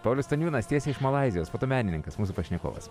paulius staniūnas tiesiai iš malaizijos fotomenininkas mūsų pašnekovas